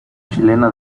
chilena